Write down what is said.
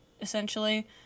essentially